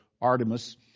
Artemis